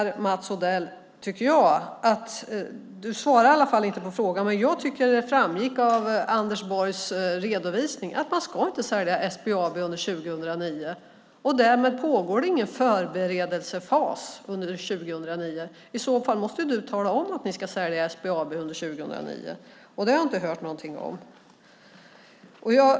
Mats Odell! Du svarar inte på frågan, men jag tycker att det framgick av Anders Borgs redovisning att man inte ska sälja SBAB under 2009. Därmed pågår det ingen förberedelsefas under 2009. I så fall måste du tala om att ni ska sälja SBAB under 2009, och det har jag inte hört någonting om.